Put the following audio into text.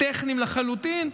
טכניים לחלוטין,